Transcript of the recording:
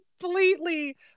completely